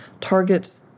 targets